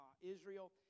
Israel